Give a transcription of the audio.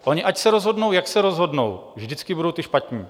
Oni ať se rozhodnou, jak se rozhodnou, vždycky budou ti špatní.